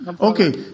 Okay